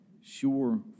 sure